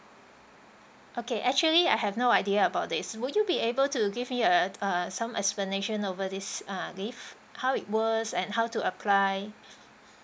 okay actually I have no idea about this would you be able to give me uh uh some explanation over this ah leave how it works and how to apply